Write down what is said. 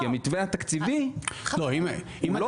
כי המתווה התקציבי לא נידון.